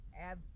Add